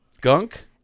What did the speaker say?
Gunk